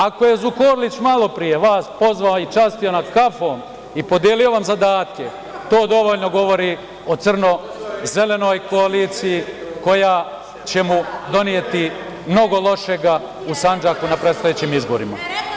Ako je Zukorlić vas malopre pozvao i častio kafom i podelio vam zadatke, to dovoljno govori o crno-zelenoj koaliciji koja će mu doneti mnogo lošega u Sandžaku na predstojećim izborima.